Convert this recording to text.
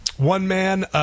One-man